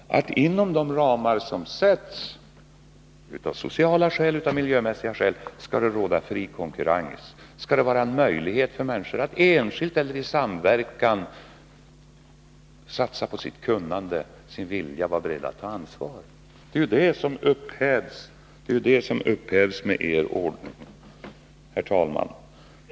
Inom de ramar som sätts av sociala och miljömässiga skäl skall det råda fri konkurrens och vara möjligt för människorna att enskilt eller i samverkan satsa på sitt kunnande och sin vilja att vara med och ta ansvar. Det är det som upphävs med er ordning. Herr talman!